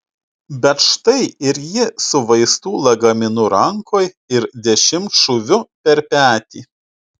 bet štai ir ji su vaistų lagaminu rankoj ir dešimtšūviu per petį